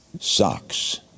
Socks